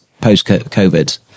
post-COVID